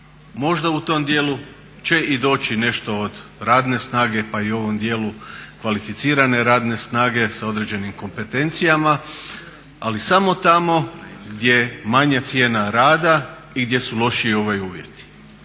Možda u tom dijelu će i doći nešto od radne snage, pa i u ovom dijelu kvalificirane radne snage sa određenim kompetencijama ali samo tamo gdje je manja cijena rada i gdje su lošiji uvjeti.